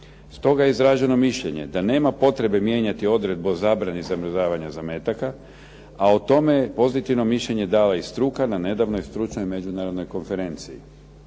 Stoga je izraženo mišljenje da nema potrebe mijenjati odredbu o zabrani zamrzavanja zametaka, a o tome je pozitivno mišljenje dala i struka na nedavnoj stručnoj međunarodnoj konferenciji.